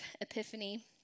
Epiphany